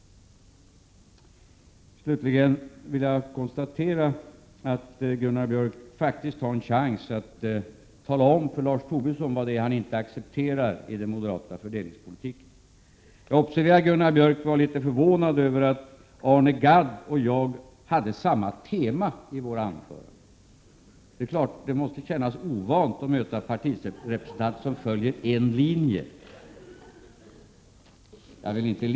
Slutligen vill jag konstatera att Gunnar Björk faktiskt har en chans att tala om för Lars Tobisson vad det är han inte accepterar i den moderata fördelningspolitiken. Jag observerade att Gunnar Björk var litet förvånad över att Arne Gadd och jag hade samma tema i våra anföranden. Det är klart att det måste kännas ovant att möta partirepresentanter som följer en linje.